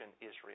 Israel